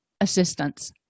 assistance